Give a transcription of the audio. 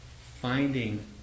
finding